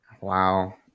wow